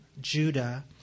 Judah